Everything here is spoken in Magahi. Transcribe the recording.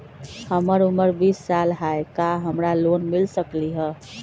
हमर उमर बीस साल हाय का हमरा लोन मिल सकली ह?